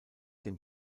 dem